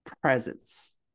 presence